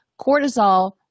cortisol